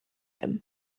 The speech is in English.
him